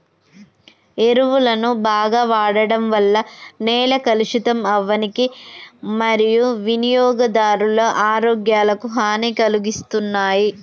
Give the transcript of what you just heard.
ఎరువులను బాగ వాడడం వల్ల నేల కలుషితం అవ్వనీకి మరియూ వినియోగదారుల ఆరోగ్యాలకు హనీ కలిగిస్తున్నాయి